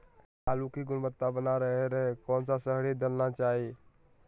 आलू की गुनबता बना रहे रहे कौन सा शहरी दलना चाये?